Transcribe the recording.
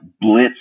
blitz